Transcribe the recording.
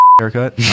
haircut